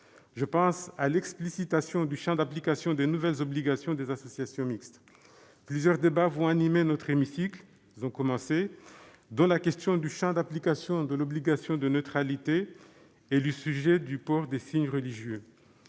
Je pense à l'explicitation du champ d'application des nouvelles obligations des associations mixtes. Plusieurs débats vont animer notre hémicycle- ils ont d'ailleurs déjà commencé -, notamment la question du champ d'application de l'obligation de neutralité et le sujet du port des signes religieux.